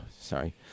Sorry